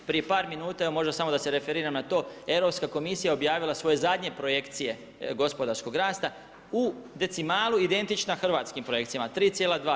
Prije par minuta, možda samo da se referiram na to, Europska komisija je objavila svoje zadnje projekcije gospodarskog rasta u decimalu identičnim hrvatskim projekcijama, 3,2.